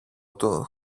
του